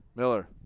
Miller